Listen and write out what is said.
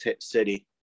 city